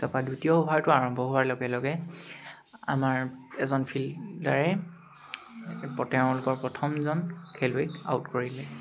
তাপা দ্বিতীয় অ'ভাৰটো আৰম্ভ হোৱাৰ লগে লগে আমাৰ এজন ফিল্ডাৰে তেওঁলোকৰ প্ৰথমজন খেলুৱৈ আউট কৰিলে